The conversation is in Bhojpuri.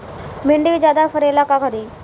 भिंडी के ज्यादा फरेला का करी?